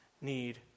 need